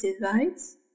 device